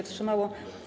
wstrzymało.